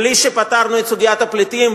בלי שפתרנו את סוגיית הפליטים,